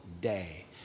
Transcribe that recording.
day